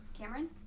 Cameron